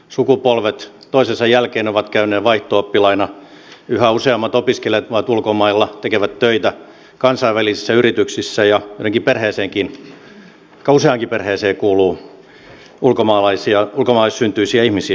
sukupolvet toisensa jälkeen ovat käyneet vaihto oppilaina yhä useammat opiskelevat ulkomailla tekevät töitä kansainvälisissä yrityksissä ja aika useaan perheeseenkin kuuluu ulkomaalaissyntyisiä ihmisiä